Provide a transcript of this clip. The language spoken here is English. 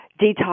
detox